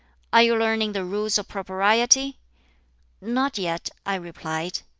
are you learning the rules of propriety not yet i replied.